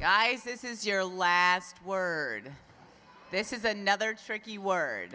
guys this is your last word this is another tricky word